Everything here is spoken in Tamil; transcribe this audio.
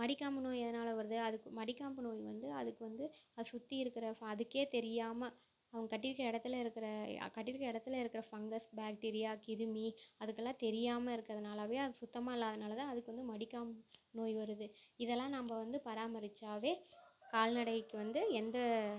மடிக்காம்பு நோய் எதனால் வருது அதுக்கு மடிக்காம்பு நோய் வந்து அதுக்கு வந்து அது சுற்றி இருக்கிற ஃப அதுக்கே தெரியாமல் அவங்க கட்டியிருக்க இடத்துல இருக்கிற ய கட்டியிருக்க இடத்துல இருக்கிற ஃபங்கஸ் பேக்டீரியா கிருமி அதுக்கெல்லாம் தெரியாமல் இருக்கறதுனாலயே அது சுத்தமாக இல்லாததனால தான் அதுக்கு வந்து மடிக்காம்பு நோய் வருது இதெல்லாம் நம்ம வந்து பராமரிச்சாலே கால்நடைக்கு வந்து எந்த